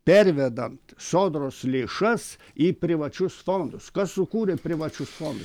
pervedant sodros lėšas į privačius fondus kas sukūrė privačius fondus